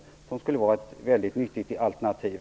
Vindkraften skulle vara ett väldigt nyttigt alternativ.